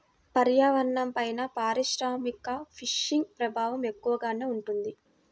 పర్యావరణంపైన పారిశ్రామిక ఫిషింగ్ ప్రభావం ఎక్కువగానే ఉంటుంది